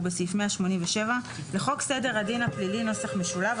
בסעיף 187 לחוק סדר הדין הפלילי (נוסח משולב),